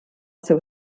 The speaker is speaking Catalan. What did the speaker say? seu